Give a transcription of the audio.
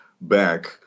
back